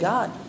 God